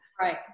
Right